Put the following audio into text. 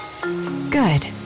Good